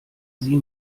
sie